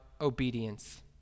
obedience